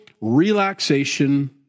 relaxation